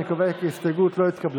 אני קובע כי הסתייגות מס' 58 לא התקבלה.